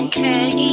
Okay